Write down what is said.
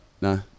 no